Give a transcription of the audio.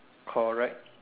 correct